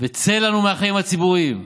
וצא לנו מהחיים הציבוריים.